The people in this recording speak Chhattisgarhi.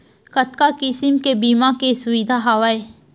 कतका किसिम के बीमा के सुविधा हावे?